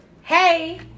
hey